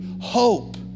hope